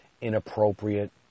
inappropriate